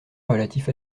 relatif